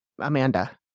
Amanda